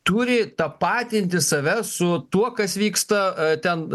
turi tapatinti save su tuo kas vyksta a ten